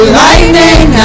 lightning